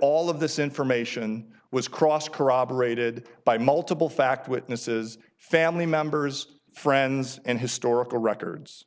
all of this information was cross corroborated by multiple fact witnesses family members friends and historical records